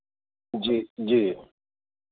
जी जी